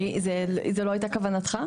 זו לא הייתה כוונתך?